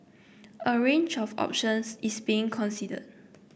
a range of options is being considered